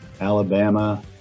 Alabama